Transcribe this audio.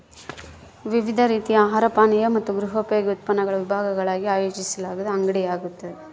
ವಿವಿಧ ರೀತಿಯ ಆಹಾರ ಪಾನೀಯ ಮತ್ತು ಗೃಹೋಪಯೋಗಿ ಉತ್ಪನ್ನಗಳ ವಿಭಾಗಗಳಾಗಿ ಆಯೋಜಿಸಲಾದ ಅಂಗಡಿಯಾಗ್ಯದ